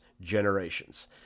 generations